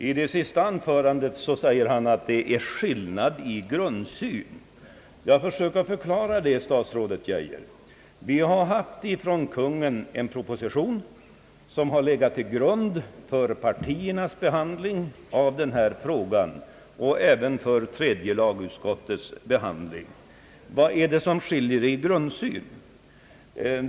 I det sista anförandet säger han att det råder en skillnad i grundsyn. Försök förklara det, statsrådet Geijer! Vi har haft en proposition som legat till grund för partiernas behandling av denna fråga och även för tredje lagutskottets behandling. Vad är det som skiljer i grundsyn?